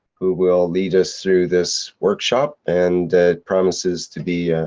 who will lead us through this workshop. and it promises to be a.